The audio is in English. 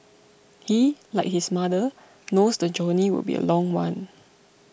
he like his mother knows the journey will be a long one